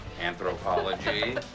Anthropology